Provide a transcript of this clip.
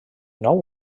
nou